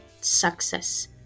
success